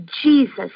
Jesus